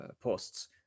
posts